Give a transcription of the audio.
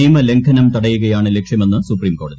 നിയമലംഘനം തടയുകയാണ് ലക്ഷ്യമെന്ന് സുപ്രീംകോടതി